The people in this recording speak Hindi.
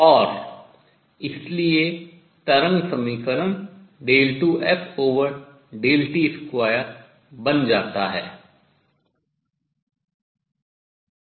और इसलिए तरंग समीकरण 2ft2 बन जाता है